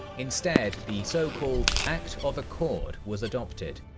instead, the so-called act of accord was adopted,